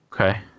okay